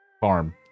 farm